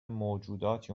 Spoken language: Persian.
موجوداتی